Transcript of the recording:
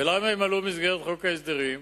למה הם עלו במסגרת חוק ההסדרים?